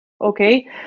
okay